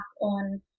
on